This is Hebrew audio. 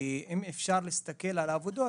אם אפשר להסתכל על העבודות,